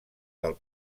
del